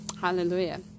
Hallelujah